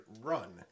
run